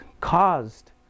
caused